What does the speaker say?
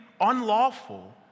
unlawful